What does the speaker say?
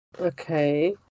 Okay